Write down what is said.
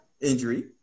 injury